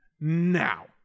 now